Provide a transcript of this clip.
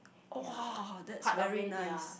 !woah! that's very nice